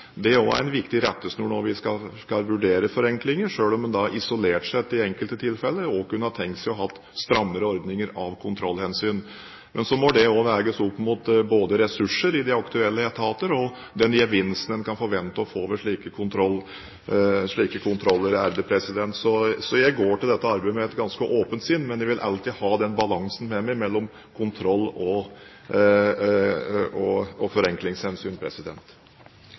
Det er også en viktig rettesnor når vi skal vurdere forenklinger, selv om en isolert sett i enkelte tilfeller også kunne ha tenkt seg å ha strammere ordninger av kontrollhensyn. Men så må det også veies opp mot ressurser i de aktuelle etater og den gevinsten en kan forvente å få ved slike kontroller. Jeg går derfor til dette arbeidet med et ganske åpent sinn, men jeg vil alltid ha med meg den balansen mellom kontroll- og